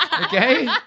Okay